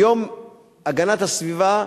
ביום הגנת הסביבה,